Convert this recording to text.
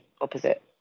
opposite